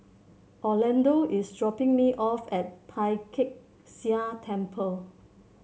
Orlando is dropping me off at Tai Kak Seah Temple